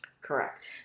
Correct